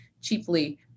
cheaply